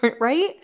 Right